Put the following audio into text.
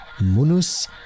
Munus